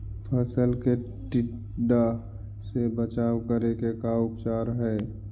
फ़सल के टिड्डा से बचाव के का उपचार है?